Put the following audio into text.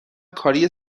کاری